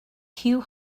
hugh